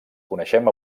coneixem